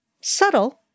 subtle